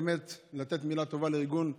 מילה טובה לארגון חוננו,